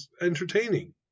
entertaining